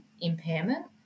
impairment